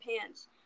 pants